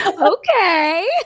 okay